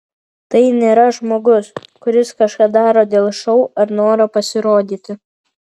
tai nėra žmogus kuris kažką daro dėl šou ar noro pasirodyti